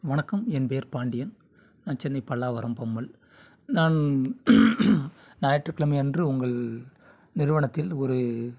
வணக்கம் என் பெயர் பாண்டியன் நான் சென்னை பல்லாவரம் பம்மல் நான் ஞாயிற்றுகிழமை அன்று உங்கள் நிறுவனத்தில் ஒரு